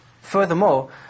Furthermore